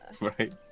Right